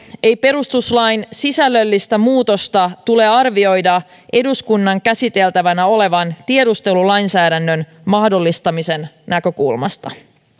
ei perustuslain sisällöllistä muutosta tule arvioida eduskunnan käsiteltävänä olevan tiedustelulainsäädännön mahdollistamisen näkökulmasta